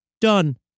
Done